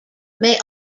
may